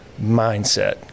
mindset